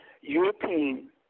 European